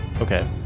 Okay